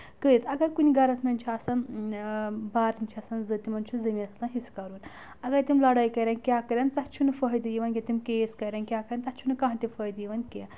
کٔرِتھ اگر کُنہِ گَرَس منٛز چھِ آسان بارَن چھِ آسَان زٕ تِمَن چھُ زٔمیٖنَس حِصہٕ کَرُن اگر تِم لڑٲے کَرن کیٛاہ کَرؠن تَتھ چھُنہٕ فٲیدٕ یِوَان یا تِم کیس کَرن کیٛاہ کَرن تَتھ چھُنہٕ کانٛہہ تہِ فٲہِدٕ یِوَان کینٛہہ